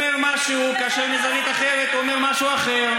משהו כאשר מזווית אחרת הוא אומר משהו אחר.